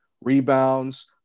rebounds